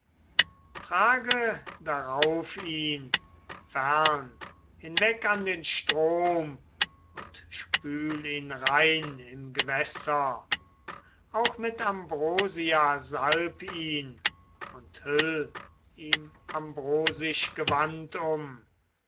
trage darauf ihn fern hinweg an den strom und spül ihn rein im gewässer auch mit ambrosia salb ihn und hüll ihm ambrosisch gewand um